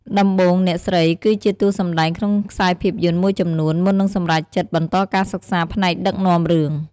ដំបូងអ្នកស្រីគឺជាតួសម្តែងក្នុងខ្សែភាពយន្តមួយចំនួន មុននឹងសម្រេចចិត្តបន្តការសិក្សាផ្នែកដឹកនាំរឿង។